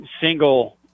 single